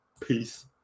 Peace